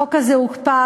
החוק הזה הוקפא,